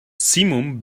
simum